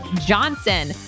Johnson